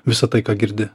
visa tai ką girdi